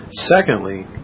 Secondly